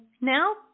now